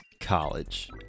College